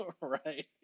Right